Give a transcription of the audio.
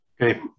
Okay